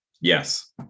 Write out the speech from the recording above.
Yes